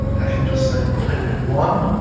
i can just say, type in one,